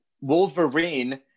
Wolverine